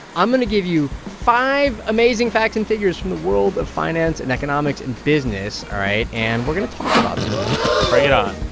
i'm going to give you five amazing facts and figures from the world of finance and economics and business, all right? and we're going to talk about them bring it on